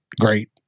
great